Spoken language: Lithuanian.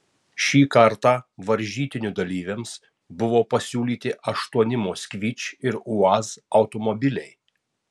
šį kartą varžytinių dalyviams buvo pasiūlyti aštuoni moskvič ir uaz automobiliai